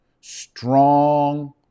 strong